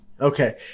Okay